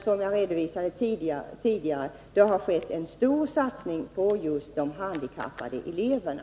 Som jag redovisade i mitt tidigare inlägg har det skett en stor satsning på just de handikappade eleverna.